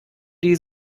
die